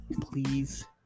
please